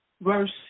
Verse